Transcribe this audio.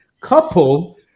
couple